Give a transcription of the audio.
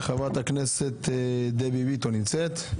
חברת הכנסת דבי ביטון נמצאת?